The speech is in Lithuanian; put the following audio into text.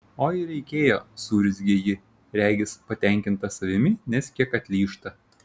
oi reikėjo suurzgia ji regis patenkinta savimi nes kiek atlyžta